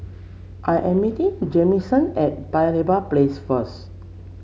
I am meeting Jamison at Paya Lebar Place first